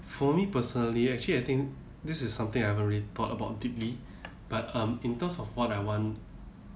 for me personally actually I think this is something I haven't really thought about deeply but um in terms of what I want